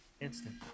Instant